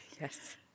Yes